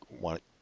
want